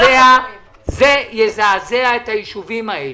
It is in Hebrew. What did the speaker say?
זה יזעזע את היישובים האלה.